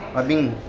i've been